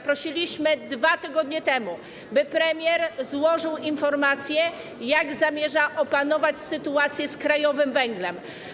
Prosiliśmy 2 tygodnie temu, by premier złożył informację, jak zamierza opanować sytuację z krajowym węglem.